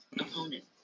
opponent